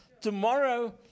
Tomorrow